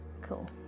cool